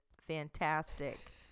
fantastic